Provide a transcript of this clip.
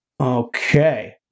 Okay